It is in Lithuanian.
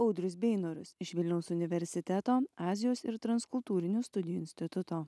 audrius beinorius iš vilniaus universiteto azijos ir transkultūrinių studijų instituto